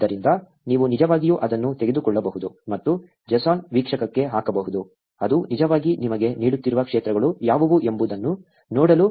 ಆದ್ದರಿಂದ ನೀವು ನಿಜವಾಗಿಯೂ ಅದನ್ನು ತೆಗೆದುಕೊಳ್ಳಬಹುದು ಮತ್ತು JSON ವೀಕ್ಷಕಕ್ಕೆ ಹಾಕಬಹುದು ಅದು ನಿಜವಾಗಿ ನಿಮಗೆ ನೀಡುತ್ತಿರುವ ಕ್ಷೇತ್ರಗಳು ಯಾವುವು ಎಂಬುದನ್ನು ನೋಡಲು